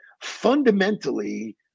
fundamentally